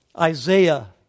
Isaiah